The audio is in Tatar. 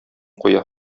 куя